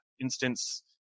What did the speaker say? instance